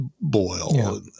boil